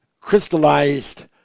crystallized